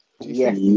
Yes